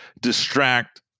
distract